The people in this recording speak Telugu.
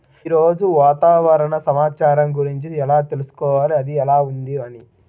ఈరోజు వాతావరణ సమాచారం గురించి ఎలా తెలుసుకోవాలి అది ఎలా ఉంది అని?